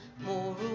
more